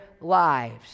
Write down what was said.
lives